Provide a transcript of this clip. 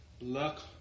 luck